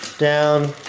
down,